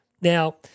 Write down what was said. Now